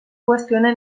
qüestiona